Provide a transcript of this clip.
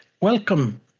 Welcome